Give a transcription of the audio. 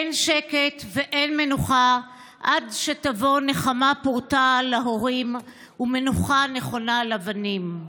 אין שקט ואין מנוחה עד שתבוא נחמה פורתא להורים ומנוחה נכונה לבנים.